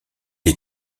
est